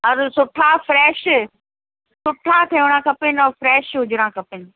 और सुठा फ्रैश सुठा थेयणा खपनि और फ्रैश हुजणु खपनि